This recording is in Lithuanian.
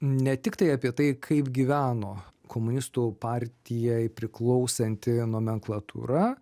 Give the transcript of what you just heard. ne tiktai apie tai kaip gyveno komunistų partijai priklausanti nomenklatūra